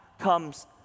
comes